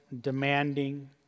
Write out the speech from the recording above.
demanding